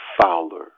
Fowler